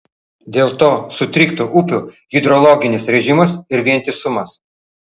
dėl to sutriktų upių hidrologinis režimas ir vientisumas